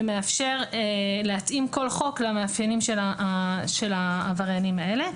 ומאפשר להתאים כל חוק למאפייני העבריינים האלה.